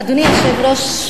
אדוני היושב-ראש,